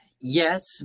Yes